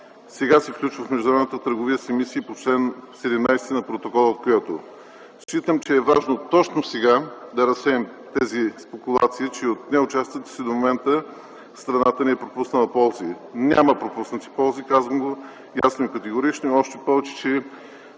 сега се включва в международната търговия с емисии по чл. 17 на Протокола от Киото. Считам, че е важно точно сега да разсеем тези спекулации, че от неучастието си до момента страната ни е пропуснала ползи. Няма пропуснати ползи, казвам го ясно и категорично, още повече че